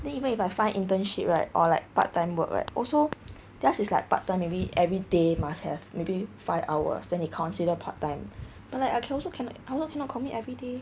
then even if I find internship right or like part time work right also just is like part time maybe everyday must have maybe five hours then they consider part time but like I can also cannot I also cannot commit everyday